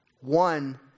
one